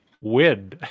win